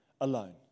alone